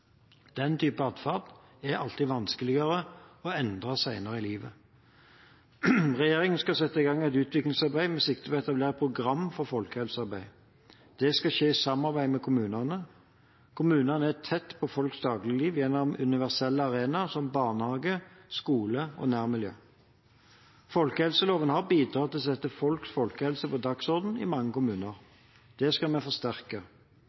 Den typen atferd er alltid vanskeligere å endre senere i livet. Regjeringen skal sette i gang et utviklingsarbeid med sikte på å etablere et program for folkehelsearbeid. Det skal skje i samarbeid med kommunene. Kommunene er tett på folks dagligliv gjennom universelle arenaer som barnehage, skole og nærmiljø. Folkehelseloven har bidratt til å sette folkehelse på dagsordenen i mange kommuner. Det skal vi forsterke.